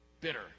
bitter